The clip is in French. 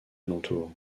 alentour